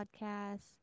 podcasts